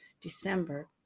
December